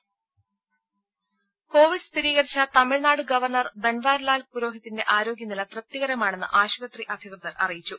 രുമ കോവിഡ് സ്ഥിരീകരിച്ച തമിഴ്നാട് ഗവർണർ ബൻവാരിലാൽ പുരോഹിതിന്റെ ആരോഗ്യനില തൃപ്തികരമാണെന്ന് ആശുപത്രി അധിക്വതർ അറിയിച്ചു